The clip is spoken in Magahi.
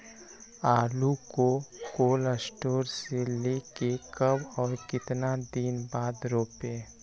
आलु को कोल शटोर से ले के कब और कितना दिन बाद रोपे?